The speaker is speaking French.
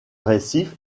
récif